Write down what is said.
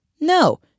No